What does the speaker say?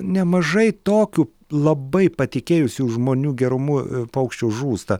nemažai tokių labai patikėjusių žmonių gerumu paukščių žūsta